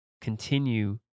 continue